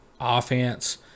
offense